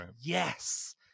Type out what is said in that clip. yes